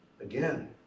Again